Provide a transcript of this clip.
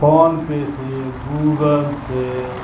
phone پے سے Google سے